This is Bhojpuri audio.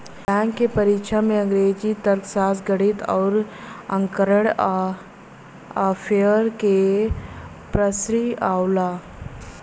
बैंक क परीक्षा में अंग्रेजी, तर्कशास्त्र, गणित आउर कंरट अफेयर्स के प्रश्न आवला